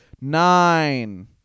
nine